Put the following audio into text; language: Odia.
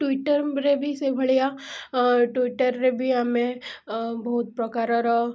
ଟ୍ୱିଟର୍ରେ ବି ସେଇଭଳିଆ ଟ୍ୱିଟର୍ରେ ବି ଆମେ ବହୁତ ପ୍ରକାରର